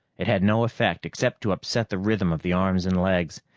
it had no effect, except to upset the rhythm of the arms and legs.